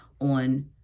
on